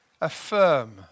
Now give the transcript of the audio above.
affirm